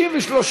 נתקבל.